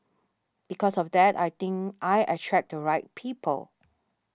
because of that I think I attract the right people